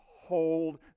hold